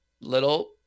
little